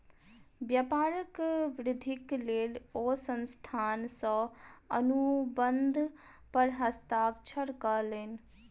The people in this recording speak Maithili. व्यापारक वृद्धिक लेल ओ संस्थान सॅ अनुबंध पर हस्ताक्षर कयलैन